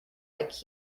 like